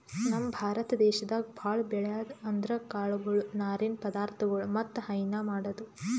ನಮ್ ಭಾರತ ದೇಶದಾಗ್ ಭಾಳ್ ಬೆಳ್ಯಾದ್ ಅಂದ್ರ ಕಾಳ್ಗೊಳು ನಾರಿನ್ ಪದಾರ್ಥಗೊಳ್ ಮತ್ತ್ ಹೈನಾ ಮಾಡದು